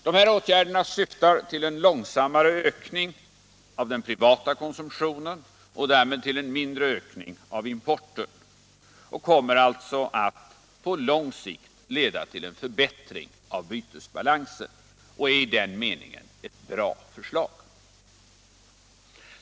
De här åtgärderna syftar till en långsammare ökning av den privata konsumtionen och därmed till en mindre ökning av importen och kommer alltså att på lång sikt leda till en förbättring av bytesbalansen. I den meningen är det ett bra förslag.